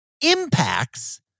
impacts